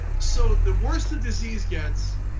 so, the worse the disease gets,